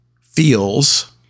feels